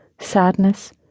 Sadness